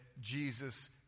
Jesus